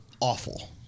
awful